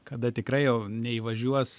kada tikrai jau neįvažiuos